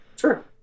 Sure